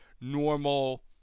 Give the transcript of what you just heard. normal